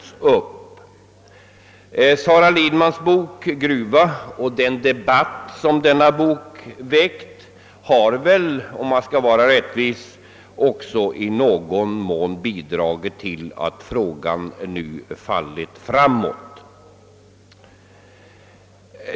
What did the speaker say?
Sara Lidmans bok »Gruva» och den debatt som denna bok väckt har väl, om man skall vara rättvis, också i någon mån bidragit till att frågan nu fallit framåt.